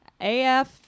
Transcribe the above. AF